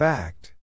Fact